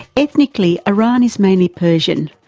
ethnically iran is mainly persian,